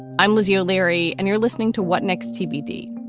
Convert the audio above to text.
i'm lizzie o'leary and you're listening to what next tbd,